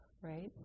right